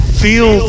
feel